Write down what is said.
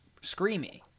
screamy